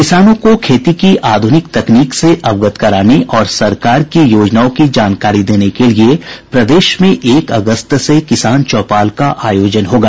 किसानों को खेती की आधुनिक तकनीक से अवगत कराने और सरकार की योजनाओं की जानकारी देने के लिये प्रदेश में एक अगस्त से किसान चौपाल का आयोजन होगा